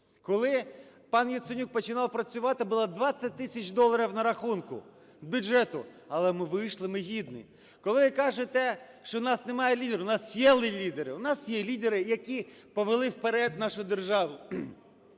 Коли пан Яценюк починав працювати, було 20 тисяч доларів на рахунку бюджету. Але ми вийшли, ми – гідні. Коли ви кажете, що в нас немає лідерів - у нас є лідери. У нас є лідери, які повели вперед нашу державу.